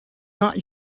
not